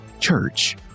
church